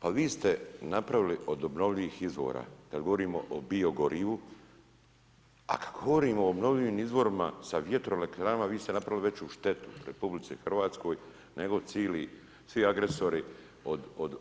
Pa vi ste napravili od obnovljivih izvora, kada govorio o biogorivu a kada govorimo o obnovljivim izvorima sa vjetroelektranama vi ste napravili veću štetu RH nego cijeli, svi agresori od